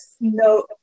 No